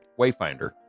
Wayfinder